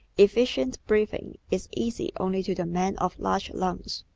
efficient breathing is easy only to the man of large lungs,